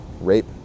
rape